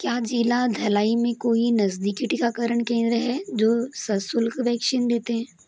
क्या ज़िला धलाई में कोई नजदीकी टीकाकरण केंद्र है जो सशुल्क वैक्सीन देते हैं